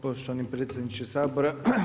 Poštovani predsjedniče Sabora.